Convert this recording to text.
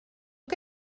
què